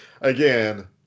Again